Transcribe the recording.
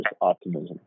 optimism